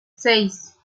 seis